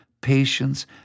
patience